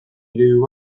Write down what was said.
eredu